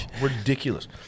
ridiculous